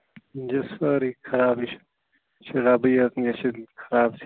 یہِ چھِ سٲرٕے خراب یہِ چھِ یہِ چھِ رَبٕے یٲژ یہِ چھِ خراب سٮ۪کھ